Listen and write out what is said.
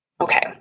Okay